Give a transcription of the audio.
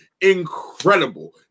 Incredible